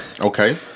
Okay